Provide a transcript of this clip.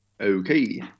Okay